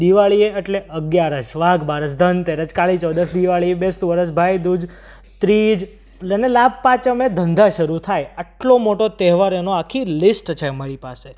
દિવાળી એટલે અગિયારસ વાઘબારસ ધનતેરસ કાળી ચૌદસ દિવાળી બેસતું વરસ ભાઈદૂજ ત્રીજ અને લાભપાંચમે ધંધા શરૂ થાય આટલો મોટો તહેવાર એનો આખી લીસ્ટ છે અમારી પાસે